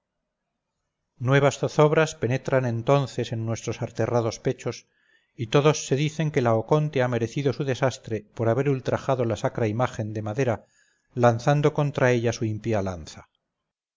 nuevas zozobras penetran entonces en nuestros aterrados pechos y todos se dicen que laoconte ha merecido su desastre por haber ultrajado la sacra imagen de madera lanzando contra ella su impía lanza